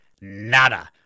Nada